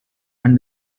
and